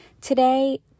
today